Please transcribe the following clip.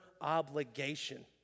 obligation